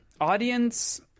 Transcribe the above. Audience